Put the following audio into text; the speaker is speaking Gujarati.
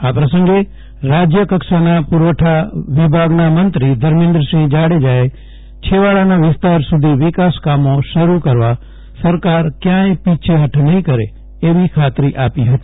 આ પ્રસંગે રાજ્યકક્ષાના પુરવઠા વિભાગના મંત્રી ધર્મેન્દ્રસિંફ જાડેજાએ છેવાડાના વિસ્તાર સુધી વિકાસકામો શરૂ કરવા સરકાર કયાંય પીછફઠ નફીં કરે તેવી ખાતરી આપી ફતી